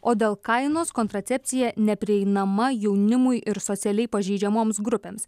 o dėl kainos kontracepcija neprieinama jaunimui ir socialiai pažeidžiamoms grupėms